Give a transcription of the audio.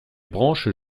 branches